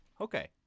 okay